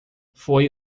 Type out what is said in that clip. foi